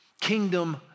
Kingdom